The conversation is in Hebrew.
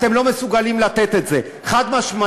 אתם לא מסוגלים לתת את זה, חד-משמעית.